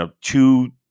two